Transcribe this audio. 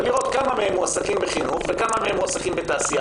כמה מהם מועסקים בחינוך וכמה בתעשייה.